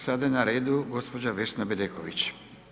Sada je na redu gđa. Vesna Bedeković.